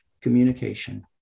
communication